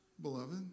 beloved